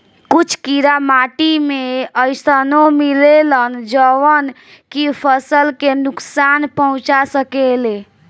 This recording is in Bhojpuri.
कुछ कीड़ा माटी में अइसनो मिलेलन जवन की फसल के नुकसान पहुँचा सकेले